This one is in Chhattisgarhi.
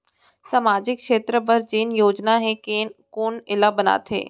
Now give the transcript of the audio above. सामाजिक क्षेत्र बर जेन योजना हे कोन एला बनाथे?